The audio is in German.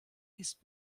ist